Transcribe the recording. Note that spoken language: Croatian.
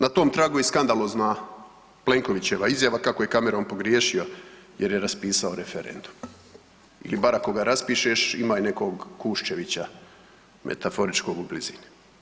Na tom tragu je i skandalozna Plenkovićeva izjava kako je Cameron pogriješio jer je raspisao referendum ili bar ako ga raspišeš imaj nekog Kuščevića metaforičkog u blizini.